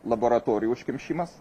laboratorijų užkimšimas